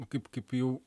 kaip kaip jau